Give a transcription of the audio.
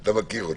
אתה מכיר אותה.